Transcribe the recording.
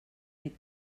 dic